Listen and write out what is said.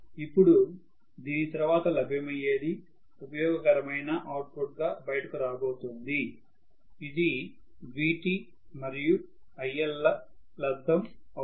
ఇప్పుడు దీని తరువాత లభ్యమయ్యేది ఉపయోగకరమైన అవుట్పుట్గా బయటకు రాబోతోంది ఇది Vt మరియు IL ల లబ్దం అవుతుంది